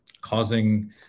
causing